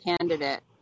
candidate